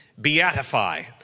beatify